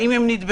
האם הם נדבקו,